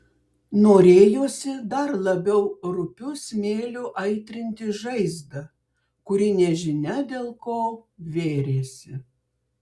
norėjosi dar labiau rupiu smėliu aitrinti žaizdą kuri nežinia dėl ko vėrėsi